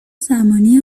زمانی